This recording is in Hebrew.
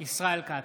ישראל כץ,